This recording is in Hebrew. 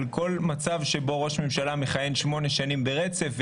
כל על מצב שבו ראש ממשלה מכהן שמונה שנים ברצף.